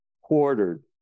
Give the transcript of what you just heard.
quartered